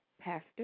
Pastor